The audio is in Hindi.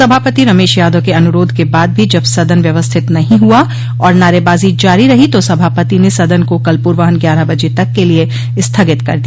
सभापति रमेश यादव के अनुरोध के बाद भी जब सदन व्यवस्थित नहीं हुआ और नारेबाजी जारी रही तो सभापति ने सदन को कल पूर्वान्ह ग्यारह बजे तक के लिये स्थगित कर दिया